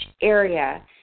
area